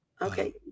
Okay